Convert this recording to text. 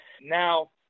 Now